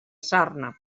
sarna